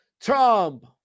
Trump